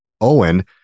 Owen